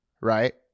Right